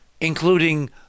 including